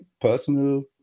personal